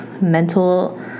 mental